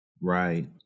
Right